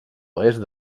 oest